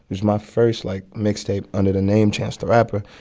was my first like mixtape under the name chance the rapper,